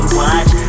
watch